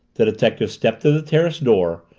the detective stepped to the terrace door,